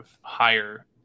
higher